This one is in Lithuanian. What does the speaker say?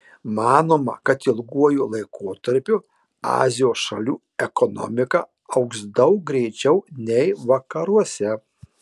manoma kad ilguoju laikotarpiu azijos šalių ekonomika augs daug greičiau nei vakaruose